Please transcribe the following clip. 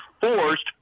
forced